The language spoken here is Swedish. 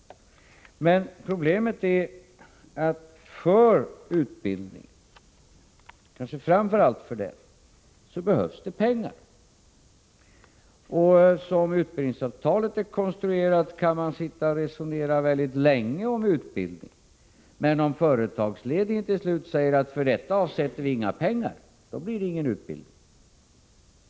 Men problemet är att för utbildning, kanske framför allt för den, behövs det pengar. Som utbildningsavtalet är konstruerat kan man sitta och resonera väldigt länge om utbildning, men om företagsledningen till slut säger att för detta avsätts det inga pengar, då blir det ingen utbildning.